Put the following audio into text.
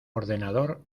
ordenador